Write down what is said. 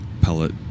pellet